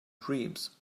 dreams